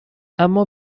اما